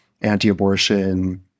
anti-abortion